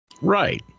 right